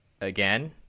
again